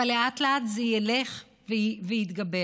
אבל לאט-לאט זה ילך ויתגבר.